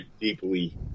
deeply